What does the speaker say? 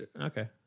Okay